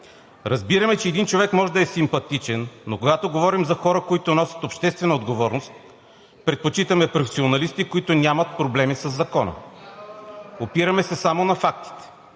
разбираме, че един човек може да е симпатичен, но когато говорим за хора, които носят обществена отговорност, предпочитаме професионалисти, които нямат проблеми със закона. Опираме се само на фактите